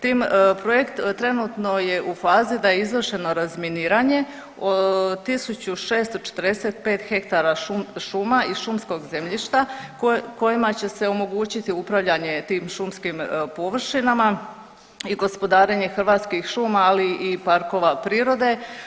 Tim projekt trenutno je u fazi da je izvršeno razminiranje 1645 ha šuma i šumskog zemljišta kojima će se omogućiti upravljanje tim šumskim površinama i gospodarenje Hrvatskih šuma, ali i parkova prirode.